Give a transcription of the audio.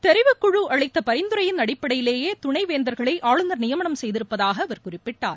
தெரிவுக்குழு அளித்த பரிந்துரையின் அடிப்படையிலேயே துணை வேந்தர்களை ஆளுநர் நியமனம் செய்திருப்பதாக அவர் குறிப்பிட்டார்